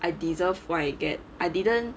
I deserve what I get I didn't